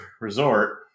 Resort